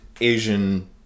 Asian